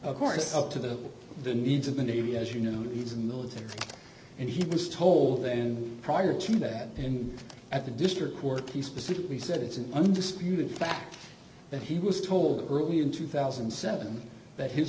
of course up to the needs of the navy as you know he's a military and he was told then prior to that and at the district court he specifically said it's an undisputed fact that he was told early in two thousand seven that his